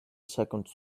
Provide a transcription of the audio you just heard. seconds